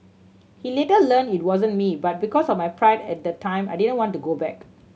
he later learn it wasn't me but because of my pride at the time I didn't want to go back